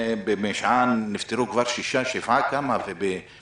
ובמשען נפטרו כבר שישה או שבעה אנשים וגם בירושלים,